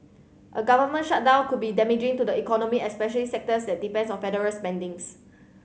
a government shutdown could be damaging to the economy especially sectors at depends on federal spendings